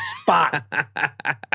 spot